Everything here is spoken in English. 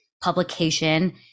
publication